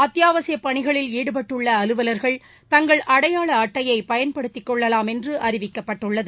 அத்தியாவசிய பணிகளில் ஈடுபட்டுள்ள அலுவலர்கள் தங்கள் அடையாள அட்டையை பயன்படுத்தி கொள்ளலாம் என்று அறிவிக்கப்பட்டுள்ளது